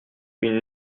une